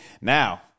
Now